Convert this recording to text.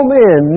men